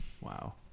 wow